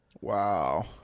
Wow